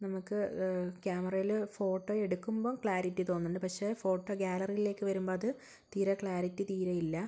നമുക്ക് ക്യാമറയില് ഫോട്ടോ എടുക്കുമ്പോൾ ക്ലാരിറ്റി തോന്നുന്നുണ്ട് പക്ഷേ ഫോട്ടോ ഗ്യാലറിലേക്ക് വരുമ്പോൾ അത് തീരെ ക്ലാരിറ്റി തീരെ ഇല്ല